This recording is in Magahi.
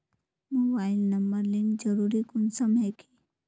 मोबाईल नंबर लिंक जरुरी कुंसम है की?